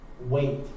Wait